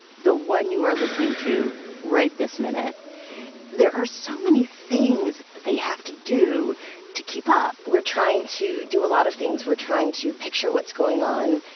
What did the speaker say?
the one you are listening to right this minute there are so many things that you have to do to keep up we're trying to do a lot of things. we're trying to picture what's going on,